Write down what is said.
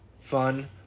fun